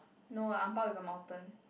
no a ang bao with a mountain